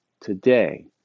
today